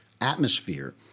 atmosphere